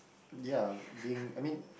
ya being I mean